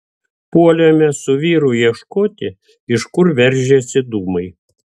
puolėme su vyru ieškoti iš kur veržiasi dūmai